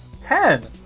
Ten